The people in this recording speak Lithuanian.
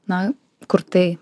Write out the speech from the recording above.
na kur tai